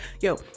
yo